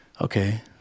okay